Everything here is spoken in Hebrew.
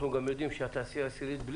שיש לקורונה על התעשייה הישראלית.